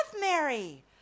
Mary